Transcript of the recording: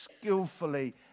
skillfully